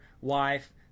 wife